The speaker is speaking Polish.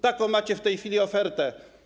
Taką macie w tej chwili ofertę.